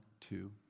two